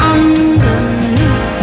Underneath